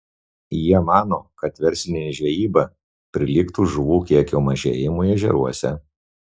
jie mano kad verslinė žvejyba prilygtų žuvų kiekio mažėjimui ežeruose